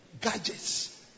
Gadgets